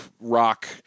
rock